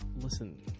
Listen